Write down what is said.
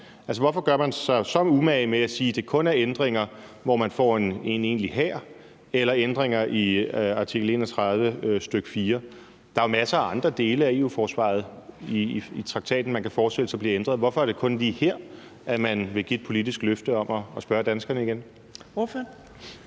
om? Hvorfor gør man sig så meget umage med at sige, at det kun er ændringer, hvor man får en egentlig hær, eller ændringer i artikel 31, stk. 4? Der er jo masser af andre dele af EU-forsvaret i traktaten, man kan forestille sig bliver ændret, Hvorfor er det kun lige her, man vil give et politisk løfte om at spørge danskerne igen?